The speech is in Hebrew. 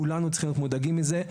כולנו צריכים להיות מודאגים מזה.